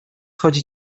chodzi